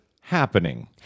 happening